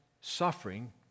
suffering